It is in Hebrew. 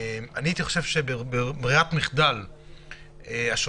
אני חושב שברירת המחדל היא שהשוטר,